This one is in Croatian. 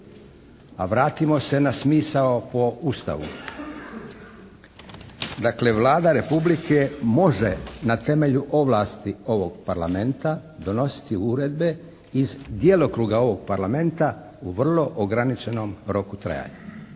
a vratimo se na smisao po Ustavu. Dakle, Vlada Republike može na temelju ovlasti ovog Parlamenta donositi uredbe iz djelokruga ovog Parlamenta u vrlo ograničenom roku trajanja.